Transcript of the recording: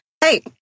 Hey